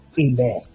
Amen